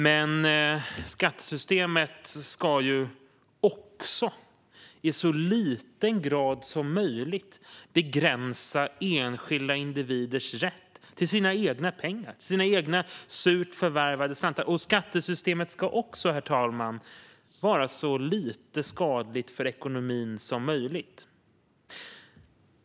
Men skattesystemet ska i så liten grad som möjligt begränsa enskilda individers rätt till sina egna pengar, till sina egna surt förvärvade slantar. Skattesystemet ska också, herr talman, vara så lite skadligt för ekonomin som möjligt.